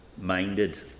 minded